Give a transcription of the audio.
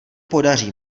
podaří